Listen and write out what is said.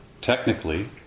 technically